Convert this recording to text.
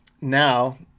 now